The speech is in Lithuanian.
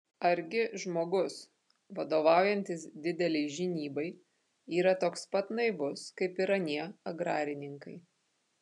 argi žmogus vadovaujantis didelei žinybai yra toks pat naivus kaip ir anie agrarininkai